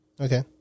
Okay